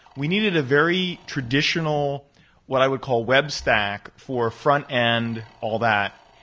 we needed a very traditional what i would call web stack for front and all that,